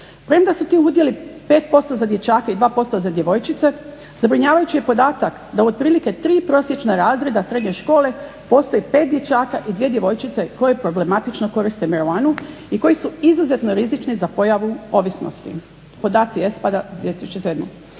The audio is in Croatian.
Premda su ti udjeli 5% za dječake, i 2% za djevojčice zabrinjavajući je podatak da otprilike tri prosječna razreda srednje škole postoji 5 dječaka i dvije djevojčice koji problematično koriste marihuanu i koji su izuzetno rizični za pojavu ovisnosti. Podaci …/Ne razumije